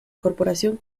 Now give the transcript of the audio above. corporación